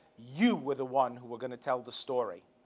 you were the one who were going to tell the story,